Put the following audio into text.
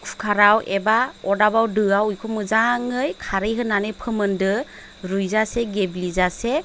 खुखाराव एबा अदाबाव दोआव बेखौ मोजाङै खारै होनानै फोमोनदो रुइजासे गेब्लेजासे